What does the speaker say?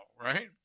right